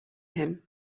him